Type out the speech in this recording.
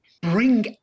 bring